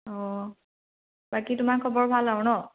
অ বাকী তোমাৰ খবৰ ভাল আৰু ন